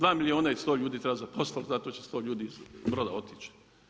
2 milijuna i 100 ljudi treba zapostaviti, zato će 100 ljudi iz Broda otići.